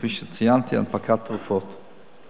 כפי שציינתי, הנפקת תרופות.